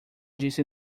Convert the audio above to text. disse